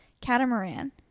Catamaran